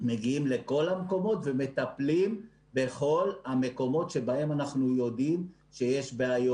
מגיעים לכל המקומות ומטפלים בכל המקומות שבהם אנחנו יודעים שיש בעיות.